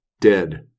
Dead